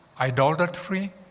idolatry